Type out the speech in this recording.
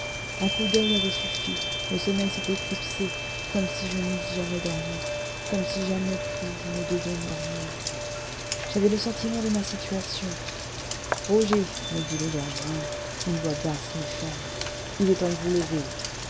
un coup d'oeil avait suffi le sommeil s'était éclipsé comme si je n'eusse jamais dormi comme si jamais plus je ne devais dormir j'avais le sentiment de ma situation roger me dit le gardien d'une voix basse mais ferme il est temps de vous lever